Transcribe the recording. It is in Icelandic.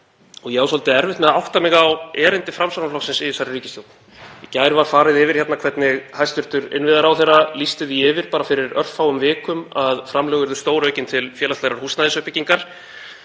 og ég á svolítið erfitt með að átta mig á erindi Framsóknarflokksins í þessa ríkisstjórn. Í gær var farið yfir það hvernig hæstv. innviðaráðherra lýsti því yfir fyrir örfáum vikum að framlög yrðu stóraukin til félagslegrar húsnæðisuppbyggingar.